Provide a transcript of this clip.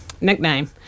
nickname